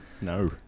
No